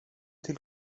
till